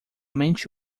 mente